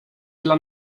dla